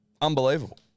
Unbelievable